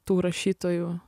tų rašytojų